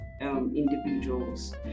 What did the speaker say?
individuals